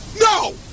No